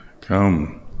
Come